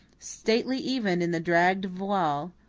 stately even in the dragged voile,